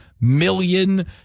million